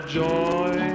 joy